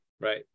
Right